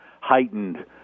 heightened